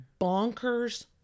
bonkers